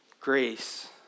Grace